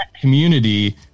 community